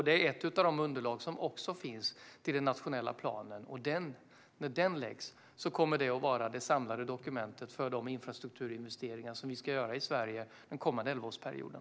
Det är ett av de underlag som finns till den nationella planen. När den läggs fram kommer det att vara det samlade dokumentet för de infrastrukturinvesteringar som vi ska göra i Sverige under den kommande elvaårsperioden.